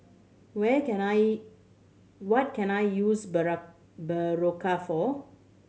where can I what can I use Berocca for